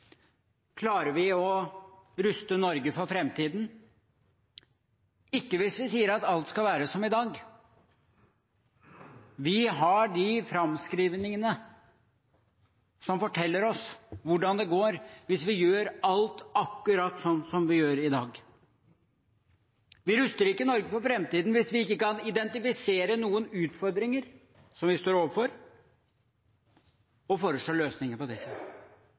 Klarer vi å ruste Norge for framtiden? – Ikke hvis vi sier at alt skal være som i dag. Vi har de framskrivningene som forteller oss hvordan det går hvis vi gjør alt akkurat sånn som vi gjør i dag. Vi ruster ikke Norge for framtiden hvis vi ikke kan identifisere noen utfordringer som vi står overfor, og foreslå løsninger på disse.